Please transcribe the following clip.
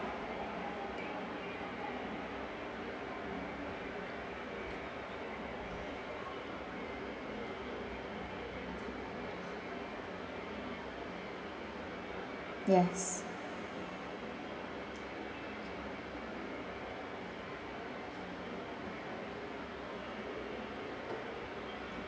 yes